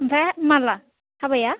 ओमफ्राय माब्ला हाबाया